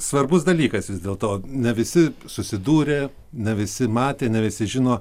svarbus dalykas vis dėlto ne visi susidūrė ne visi matė ne visi žino